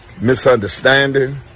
misunderstanding